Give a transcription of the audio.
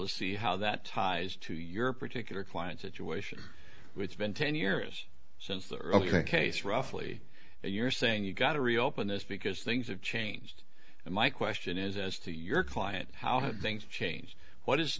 to see how that ties to your particular client situation it's been ten years since the early case roughly and you're saying you've got to reopen this because things have changed and my question is as to your client how have things changed what is